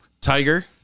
Tiger